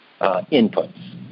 inputs